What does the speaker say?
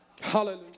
hallelujah